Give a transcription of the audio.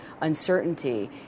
uncertainty